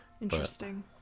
interesting